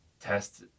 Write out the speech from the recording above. test